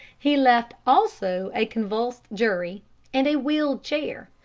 he left also a convulsed jury and a wheeled chair,